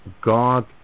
God